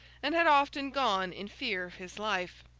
and had often gone in fear of his life.